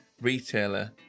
retailer